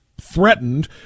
threatened